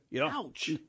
Ouch